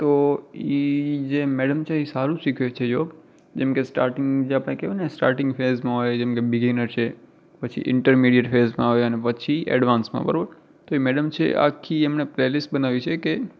તો એ જે મેડમ છે એ સારું શીખવે છે યોગ જેમ કે સ્ટાર્ટિંગ જે આપણે કહેવાયને સ્ટાર્ટિંગ ફેઝમાં હોય જેમ કે બિગિનર છે પછી ઇન્ટરમીડિયેટ ફેઝમાં આવે અને પછી એડવાન્સમાં બરાબર તો એ મૅડમ છે આખી એમને પ્લે લિસ્ટ બનાવી છે કે